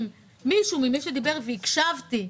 אם מישהו ממי שדיבר, והקשבתי,